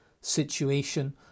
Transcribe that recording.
situation